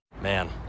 Man